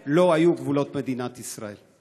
לא היו גבולות מדינת ישראל.